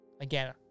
Again